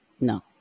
no